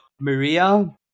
Maria